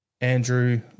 Andrew